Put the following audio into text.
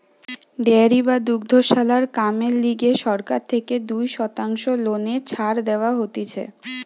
dairy বা দুগ্ধশালার কামেরে লিগে সরকার থেকে দুই শতাংশ লোনে ছাড় দেওয়া হতিছে